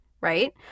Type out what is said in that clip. right